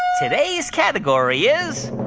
today's category is.